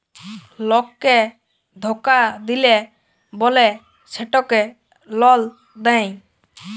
লককে ধকা দিল্যে বল্যে সেটকে লল দেঁয়